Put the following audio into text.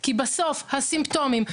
כי בסוף הסימפטומים,